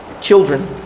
Children